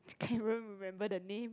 can't even remember the name